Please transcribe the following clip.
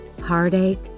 heartache